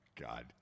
God